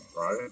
right